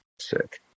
Sick